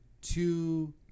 two